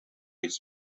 its